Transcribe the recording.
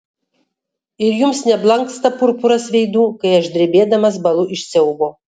ir jums neblanksta purpuras veidų kai aš drebėdamas bąlu iš siaubo